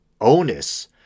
onus